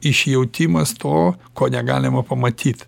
išjautimas to ko negalima pamatyt